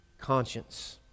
conscience